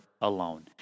alone